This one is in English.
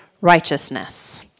righteousness